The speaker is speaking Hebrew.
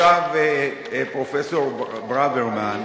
פרופסור ברוורמן,